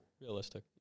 realistic